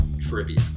trivia